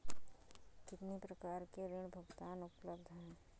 कितनी प्रकार के ऋण भुगतान उपलब्ध हैं?